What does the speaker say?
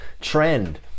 trend